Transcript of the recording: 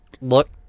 look